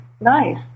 nice